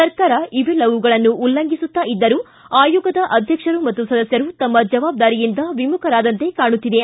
ಸರ್ಕಾರ ಇವೆಲ್ಲವುಗಳನ್ನು ಉಲ್ಲಂಘಿಸುತ್ತಾ ಇದ್ದರೂ ಆಯೋಗದ ಆಧ್ವಕ್ಷರು ಸದಸ್ಥರು ಸಹ ತಮ್ಮ ಜವಾಬ್ದಾರಿಯಿಂದ ವಿಮುಖರಾದಂತೆ ಕಾಣುತ್ತಿದೆ